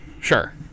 sure